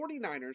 49ers